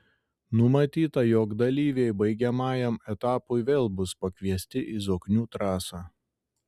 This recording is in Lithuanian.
numatyta jog dalyviai baigiamajam etapui vėl bus pakviesti į zoknių trasą